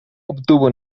obtuvo